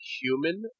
human